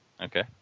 Okay